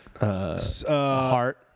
Heart